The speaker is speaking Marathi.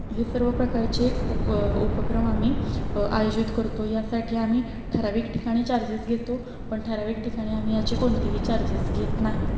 हे सर्व प्रकारचे उप उपक्रम आम्ही आयोजित करतो यासाठी आम्ही ठराविक ठिकाणी चार्जेस घेतो पण ठराविक ठिकाणी आम्ही याचे कोणतेही चार्जेस घेत नाही